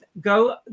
go